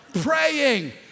praying